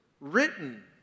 written